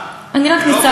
אני בעד חמלה לא,